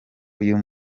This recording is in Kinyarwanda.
uyu